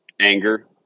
Anger